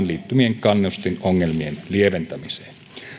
liittyvien kannustinongelmien lieventämiseen